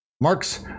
Marx